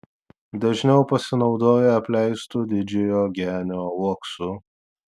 dažniau pasinaudoja apleistu didžiojo genio uoksu